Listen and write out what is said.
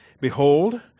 Behold